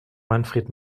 manfred